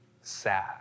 sad